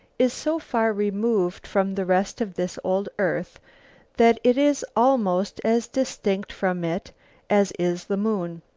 is so far removed from the rest of this old earth that it is almost as distinct from it as is the moon.